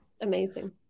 Amazing